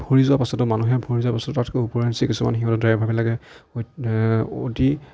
ভৰি যোৱাৰ পিছতো মানুহে ভৰি যোৱাৰ পাছতো তাত ওপৰঞ্চি সিহঁতৰ ড্ৰাইভাৰবিলাকে অতি